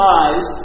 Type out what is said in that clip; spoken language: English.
eyes